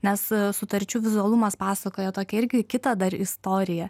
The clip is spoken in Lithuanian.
nes sutarčių vizualumas pasakoja tokią irgi kitą dar istoriją